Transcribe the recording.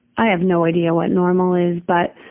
i have no idea what normal is, but,